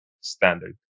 standard